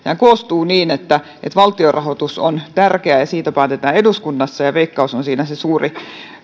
koostuu niin että että valtion rahoitus on tärkeää ja siitä päätetään eduskunnassa ja veikkaus on siinä se suuri